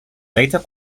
later